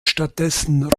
stattdessen